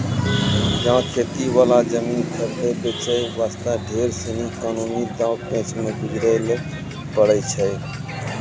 यहाँ खेती वाला जमीन खरीदै बेचे वास्ते ढेर सीनी कानूनी दांव पेंच सॅ गुजरै ल पड़ै छै